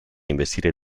investire